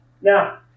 Now